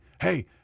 hey